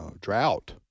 drought